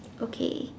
okay